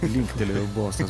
linktelėjau bosas